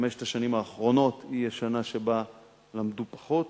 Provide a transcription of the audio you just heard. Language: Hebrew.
חמש השנים האחרונות היא השנה שבה למדו פחות.